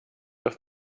auf